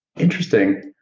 interesting.